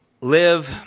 live